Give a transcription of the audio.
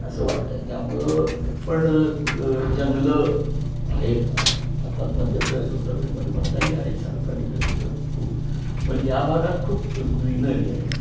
असं वाटत आहे त्यामुळं पण जंगलं आहेत आ अर्थात मध्यप्रदेश उत्तरप्रदेशमध्ये पण काही आहेत झारखंड इकडं तिकडं खूप पण या भागात खूप ग्रीनरी आहे